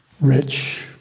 rich